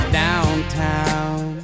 downtown